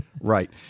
Right